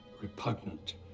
repugnant